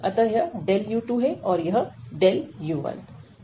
अतः यह u2 है तथा यह u1 है